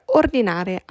ordinare